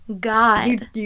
God